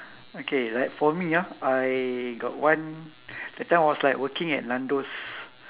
okay like for me ah I got one that time I was like working at nando's